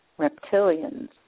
reptilians